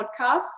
Podcast